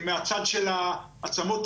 מהצד של המעסיק.